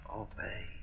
obey